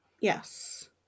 Yes